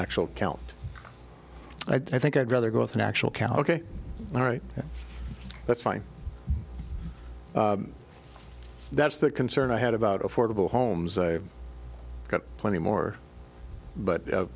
actual count i think i'd rather go with an actual kalki all right that's fine that's the concern i had about affordable homes i got plenty more but